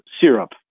syrup